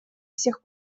всех